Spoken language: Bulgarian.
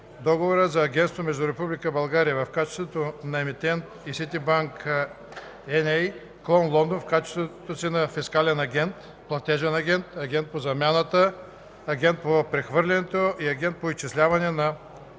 Договора за агентство между Република България в качеството на Емитент и Ситибанк Н.А., клон Лондон в качеството на Фискален агент, Платежен агент, Агент по замяната, Агент по прехвърлянето и Агент за изчисляване и